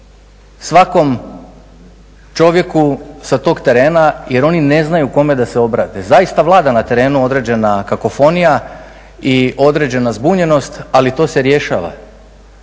svakom čovjeku sa tog terena jer oni ne znaju kome da se obrate. Zaista vlada na terenu određena kakofonija i određena zbunjenost, ali to se rješava.